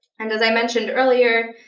and as i mentioned earlier,